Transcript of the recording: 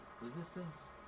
Resistance